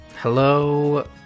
Hello